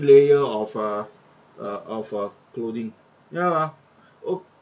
layer of uh uh of uh clothing ya lah oh